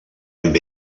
amb